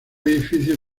edificio